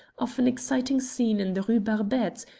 of an exciting scene in the rue barbette,